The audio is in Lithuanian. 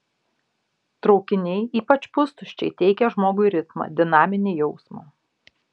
traukiniai ypač pustuščiai teikia žmogui ritmą dinaminį jausmą